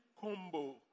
combo